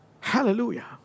Hallelujah